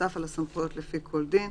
נוסף על הסמכויות לפי כל דין,